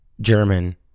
German